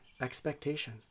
expectation